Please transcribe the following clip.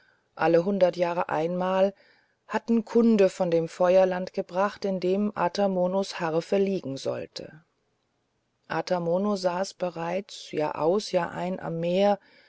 alle hundert jahre einmal hatten kunde von dem feuerland gebracht in dem ata monos harfe liegen sollte ata mono saß jetzt jahraus jahrein am meer